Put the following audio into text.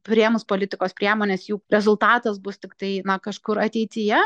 priėmus politikos priemones jų rezultatas bus tiktai kažkur ateityje